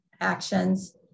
actions